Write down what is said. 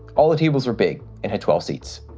all the tables are big and had twelve seats.